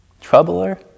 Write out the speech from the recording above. Troubler